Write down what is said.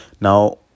Now